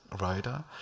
writer